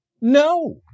No